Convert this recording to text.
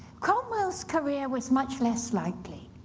cromwell's career was much less likely.